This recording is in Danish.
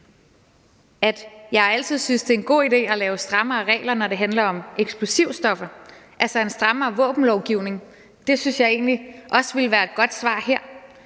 at jeg altid synes, det er en god idé at lave strammere regler, når det handler om eksplosivstoffer, altså en strammere våbenlovgivning. Det synes jeg egentlig også ville være et godt svar her.